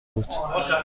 بود